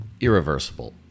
irreversible